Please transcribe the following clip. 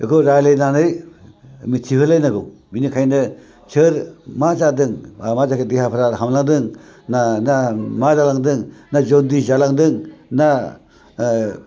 बेखौ रायज्लायनानै मिथिहोलाय नांगौ बेनिखायनो सोर मा जादों मा जायाखै देहा हामलांदों ना मा जालांदों ना जनदिस जालांदों ना